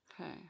okay